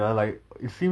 and like it is